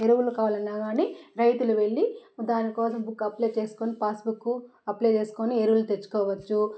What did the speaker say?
ఎరువులు కావాలన్న కానీ రైతులు వెళ్ళి దాని కోసం బుక్ అప్లై చేసుకుని పాసుబుక్ అప్లై చేసుకుని ఎరువులు తెచ్చుకోవచ్చు